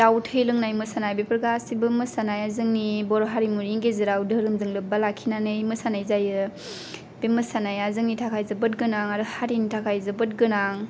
दाउ थै लोंनाय मोसानाय बेफोर गासैबो मोसानाया जोंनि बर' हारिमुनि गेजेराव धोरोमजों लोब्बा लाखिनानै मोसानाय जायो बे मोसानाया जोंनि थाखाय जोबोद गोनां आरो हारिनि थाखाय जोबोद गोनां